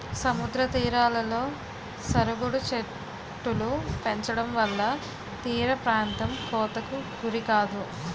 సముద్ర తీరాలలో సరుగుడు చెట్టులు పెంచడంవల్ల తీరప్రాంతం కోతకు గురికాదు